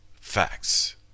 facts